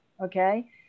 okay